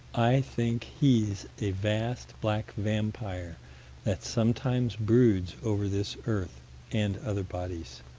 i think he's a vast, black vampire that sometimes broods over this earth and other bodies.